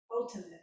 ultimate